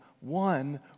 one